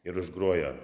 ir užgroja